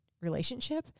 relationship